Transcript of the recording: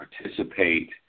participate